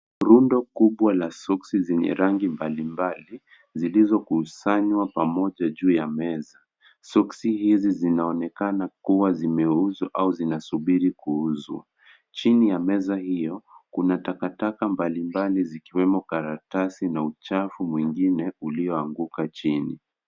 Rundo kubwa la soksi zenye rangi mbalimbali, zilizokusanywa pamoja juu ya meza. Soksi hizi zinaonekana kuwa zimeuzwa au zinasubiri kuuzwa. Chini ya meza hiyo, kuna takataka mbalimbali zikiwemo karatasi na uchafu mwingine ulioanguka chini.